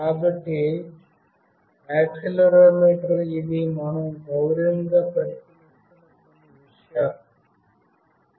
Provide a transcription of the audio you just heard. కాబట్టి యాక్సిలెరోమీటర్ ఇవి మనం గౌరవంగా పరిశీలిస్తున్న కొన్ని విషయాలు